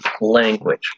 language